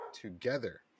together